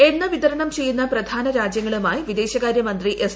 എണ്ണ വിതമ്ങ്ങ് ്ചെയ്യുന്ന പ്രധാന രാജ്യങ്ങളുമായി വിദേശകാര്യമന്ത്രിക്കുസ്